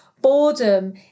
boredom